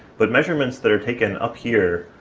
but measurements that are taken up here,